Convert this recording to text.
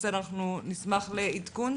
נשמח לעדכון,